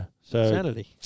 Sanity